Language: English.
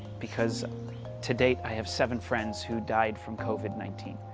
because to date, i have seven friends who died from covid nineteen.